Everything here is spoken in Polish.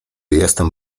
jestem